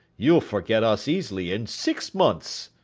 you'll forget us easily in six months